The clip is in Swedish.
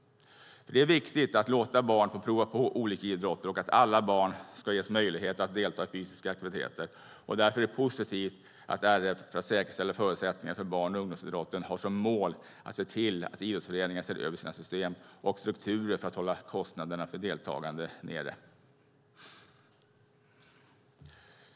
Det är viktigt att låta barn få prova på olika idrotter, och alla barn ska ges möjlighet att delta i fysiska aktiviteter. Därför är det positivt att RF, för att säkerställa förutsättningarna för barn och ungdomsidrotten, har som mål att se till att idrottsföreningar ser över sina system och strukturer för att hålla kostnaderna för deltagande nere.